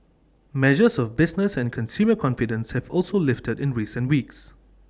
measures of business and consumer confidence have also lifted in recent weeks